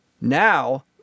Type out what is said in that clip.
now